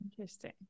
Interesting